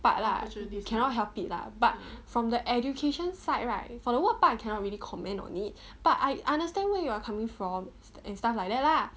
part lah cannot help it lah but from the education side right for the work part I cannot really comment on it but I understand where you're coming from and stuff like that lah